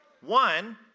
One